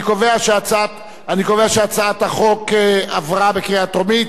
אני קובע שהצעת החוק עברה בקריאה טרומית.